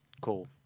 cool